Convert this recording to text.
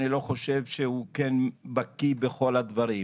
אני לא חושב שהוא כן בקיא בכל הדברים.